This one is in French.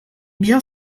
bien